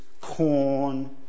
corn